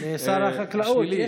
לשר החקלאות.